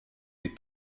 les